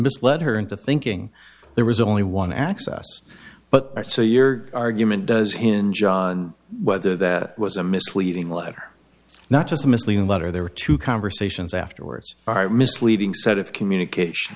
misled her into thinking there was only one access but so your argument does hinge on whether that was a misleading letter not just a misleading letter there were two conversations afterwards part misleading set of communication